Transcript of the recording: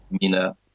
Mina